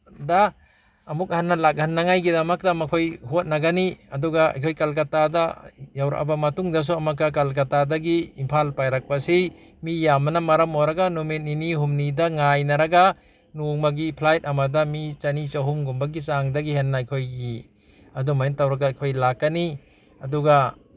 ꯗ ꯑꯃꯨꯛ ꯍꯟꯅ ꯂꯥꯛꯍꯟꯅꯉꯥꯏꯒꯤꯗꯃꯛꯇ ꯃꯈꯣꯏ ꯍꯣꯠꯅꯒꯅꯤ ꯑꯗꯨꯒ ꯑꯩꯈꯣꯏ ꯀꯜꯀꯇꯥꯗ ꯌꯧꯔꯛꯑꯕ ꯃꯇꯨꯡꯗꯁꯨ ꯑꯃꯛꯀ ꯀꯜꯀꯇꯥꯗꯒꯤ ꯏꯝꯐꯥꯜ ꯄꯥꯏꯔꯛꯄꯁꯤ ꯃꯤ ꯌꯥꯝꯕꯅ ꯃꯔꯝ ꯑꯣꯏꯔꯒ ꯅꯨꯃꯤꯠ ꯅꯤꯅꯤ ꯍꯨꯝꯅꯤꯗ ꯉꯥꯏꯅꯔꯒ ꯅꯣꯡꯃꯒꯤ ꯐ꯭ꯂꯥꯏꯠ ꯑꯃꯗ ꯃꯤ ꯆꯅꯤ ꯑꯍꯨꯝꯒꯨꯝꯕꯒꯤ ꯆꯥꯡꯗꯒꯤ ꯍꯦꯟꯅ ꯑꯩꯈꯣꯏꯒꯤ ꯑꯗꯨꯃꯥꯏꯅ ꯇꯧꯔꯒ ꯑꯩꯈꯣꯏ ꯂꯥꯛꯀꯅꯤ ꯑꯗꯨꯒ